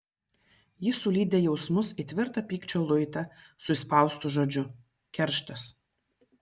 ji sulydė jausmus į tvirtą pykčio luitą su įspaustu žodžiu kerštas